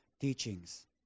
teachings